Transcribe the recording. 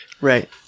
Right